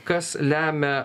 kas lemia